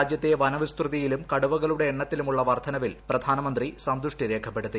രാജ്യത്തെ വനവിസ്തൃതിയിലും കടുവകളുടെ എണ്ണത്തിലുമുള്ള വർദ്ധനവിൽ പ്രധാനമന്ത്രി സന്തുഷ്ടി രേഖപ്പെടുത്തി